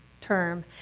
term